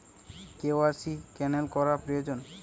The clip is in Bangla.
কে.ওয়াই.সি ক্যানেল করা প্রয়োজন?